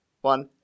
One